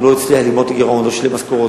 לא הצליח לגמור את הגירעון בתשלומי משכורות,